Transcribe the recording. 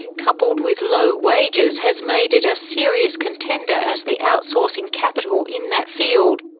coupled with low wages, has made it a serious contender as the outsourcing capital in that field.